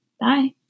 Bye